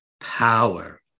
power